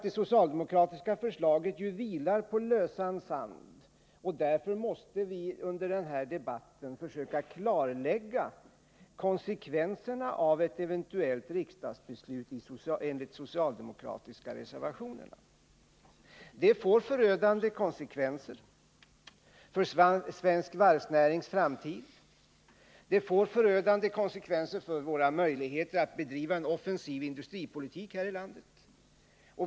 Det socialdemokratiska förslaget vilar ju på lösan sand, och därför måste vi under denna diskussion försöka klarlägga konsekvenserna av ett eventuellt riksdagsbeslut enligt de socialdemokratiska reservationerna. Ett sådant beslut får förödande konsekvenser för svensk varvsnärings framtid och för våra möjligheter att bedriva en offensiv industripolitik här i landet.